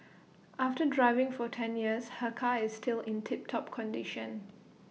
after driving for ten years her car is still in tip top condition